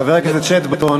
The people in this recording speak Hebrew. חבר הכנסת שטבון.